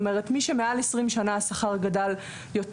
כלומר מי שהוותק שלו יותר מ-20 שנים השכר שלו גדל יותר,